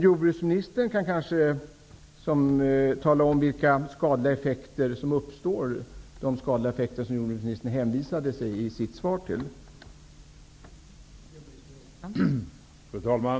Jordbruksministern säger i sitt svar att skadliga effekter uppstår vid användning av kodressörer. Vilka skadliga effekter är det som jordbruksministern avser?